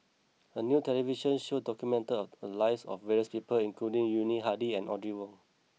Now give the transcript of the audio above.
a new television show documented the lives of various people including Yuni Hadi and Audrey Wong